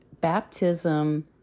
baptism